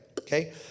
Okay